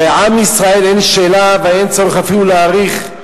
הרי על עם ישראל אין שאלה ואין צורך אפילו להאריך,